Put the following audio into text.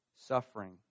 suffering